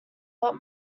but